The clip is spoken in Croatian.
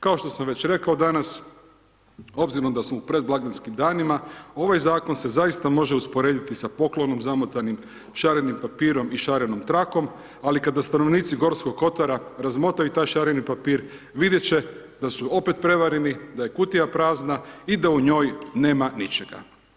Kao što sam već rekao danas, obzirom da smo u predblagdanskim danima, ovaj Zakon se zaista može usporediti sa poklonom zamotanim šarenim papirom i šarenom trakom, ali kada stanovnici Gorskoga kotara razmotre i taj šareni papir, vidjeti će da su opet prevareni, da je kutija prazna i da u njoj nema ničega.